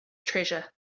treasure